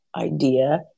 idea